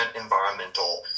environmental